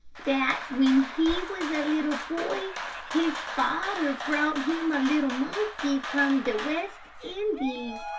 dat when he was a little boy his fadder brought him a little monkey from de west indies.